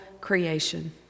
creation